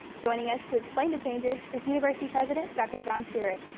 joining us to explain the changes is university president doctor john stewart.